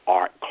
art